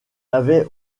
avait